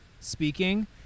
speaking